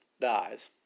dies